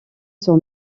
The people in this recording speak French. son